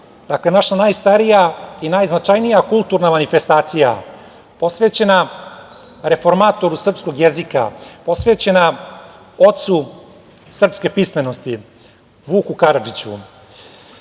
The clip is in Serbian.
sabor, naša najstarija i najznačajnija kulturna manifestacija posvećena reformatoru srpskog jezika, posvećena ocu srpske pismenosti Vuku Karadžiću. Jezik